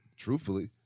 Truthfully